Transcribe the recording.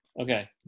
Okay